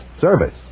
service